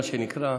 מה שנקרא.